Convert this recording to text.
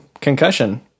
Concussion